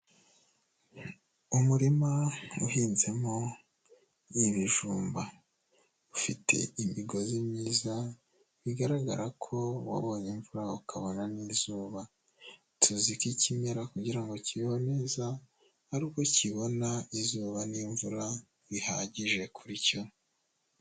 Umurima uhinzemo ibijumba, ufite imigozi myiza, bigaragara ko wabonye imvura ukabona n'izuba, tuzi ko ikimera kugira ngo kibeho neza, ari uko kibona izuba n'imvura bihagije kuri cyo.